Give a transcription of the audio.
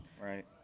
Right